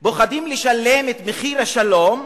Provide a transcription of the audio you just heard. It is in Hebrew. פוחדים לשלם את מחיר השלום,